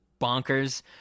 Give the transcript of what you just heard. bonkers